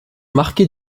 marqué